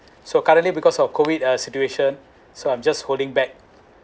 so currently because of COVID uh situation so I'm just holding back